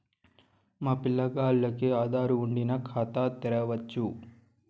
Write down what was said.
మా పిల్లగాల్లకి ఆదారు వుండిన ఖాతా తెరవచ్చు